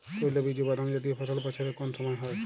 তৈলবীজ ও বাদামজাতীয় ফসল বছরের কোন সময় হয়?